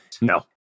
No